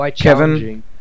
Kevin